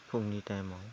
फुंनि टाइमआव